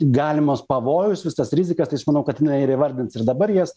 galimas pavojus visas rizikas tai aš manau kad jinai ir įvardins ir dabar jas